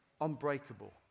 unbreakable